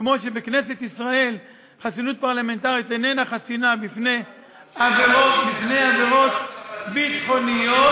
כמו שבכנסת ישראל חסינות פרלמנטרית איננה חסינה בפני עבירות ביטחוניות,